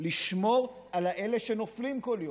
לשמור על אלה שנופלים בכל יום.